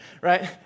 right